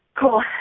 Cool